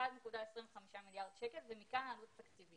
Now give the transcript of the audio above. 1.25 מיליארד שקלים ומכאן העלות התקציבית.